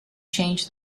change